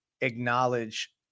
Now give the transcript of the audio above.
acknowledge